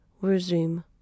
resume